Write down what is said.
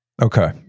Okay